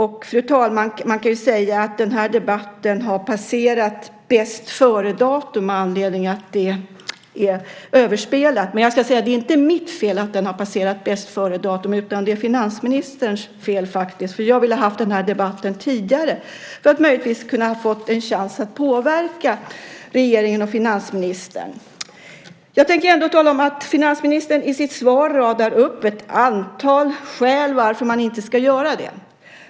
Fru talman! Man kan ju säga att den här debatten har passerat bäst-före-datum med anledning av att detta är överspelat. Men det är inte mitt fel att den har passerat bäst-före-datum, utan det är faktiskt finansministerns fel. Jag hade velat ha den här debatten tidigare för att möjligtvis kunnat få en chans att påverka regeringen och finansministern. Jag tänker ändå tala om att finansministern i sitt svar radar upp ett antal skäl till varför man inte ska göra det.